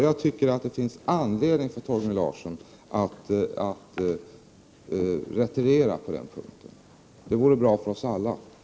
Jag anser att Torgny Larsson har anledning att retirera på den punkten, och det vore bra för oss alla om han gjorde det.